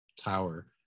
tower